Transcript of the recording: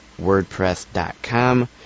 wordpress.com